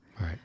Right